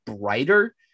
brighter